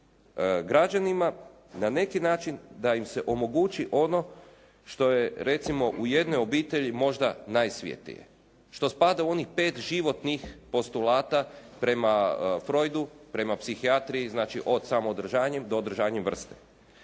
građanima na neki način da im se omogući ono što je recimo u jednoj obitelji možda najsvetije. Što spada u onih 5 životnih postulata prema Freudu, prema psihijatriji. Znači od samoodržanjem do održanjem vrste.